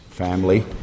family